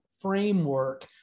framework